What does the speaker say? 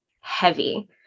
heavy